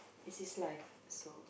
it is life so